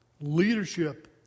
Leadership